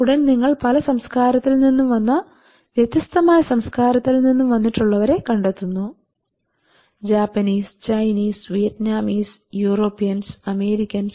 ഉടൻ നിങ്ങൾ പല സംസ്കാരത്തിൽ നിന്നും വന്ന വ്യത്യസ്തമായ സംസ്കാരത്തിൽ നിന്നും വന്നിട്ടുള്ളവരെ കണ്ടെത്തുന്നു Japanese Chinese Vietnamese Europeans Americans